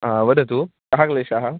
हा वदतु कः क्लेशः